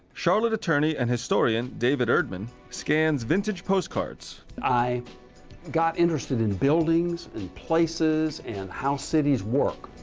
charlotte attorney and historian david erdman scans vintage postcards. i got interested in buildings and places and how cities work.